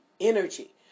energy